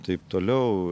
taip toliau